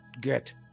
get